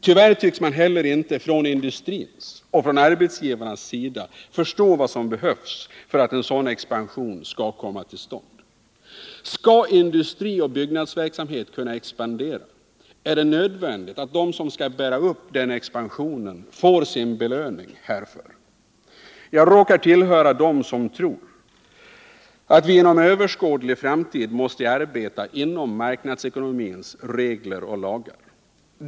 Tyvärr tycks man heller inte från industrins och från arbetsgivarnas sida förstå vad som behövs för att en sådan expansion skall komma till stånd. Skall industrioch byggnadsverksamhet kunna expandera är det nödvändigt att de som skall bära upp den expansionen får sin belöning härför. Jag råkar tillhöra dem som tror att vi under överskådlig framtid måste arbeta inom marknadsekonomins regler och lagar.